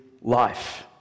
life